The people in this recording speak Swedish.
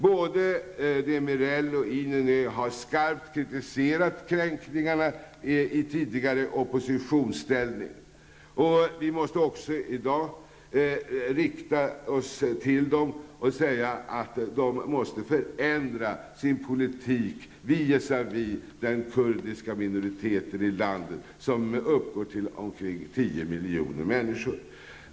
Både Demirel och Inönü har skarpt kritiserat kränkningarna i tidigare oppositionsställning, och vi måste också i dag rikta oss till dem och säga att de måste förändra sin politik visavi den kurdiska minoriteten i landet, som uppgår till omkring 10 miljoner människor.